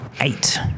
Eight